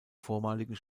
vormaligen